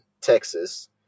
Texas